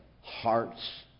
hearts